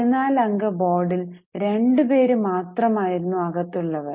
14 അംഗ ബോർഡിൽ രണ്ടു പേര് മാത്രം ആയിരുന്നു അകത്തുള്ളവർ